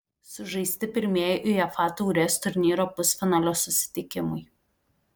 sužaisti pirmieji uefa taurės turnyro pusfinalio susitikimai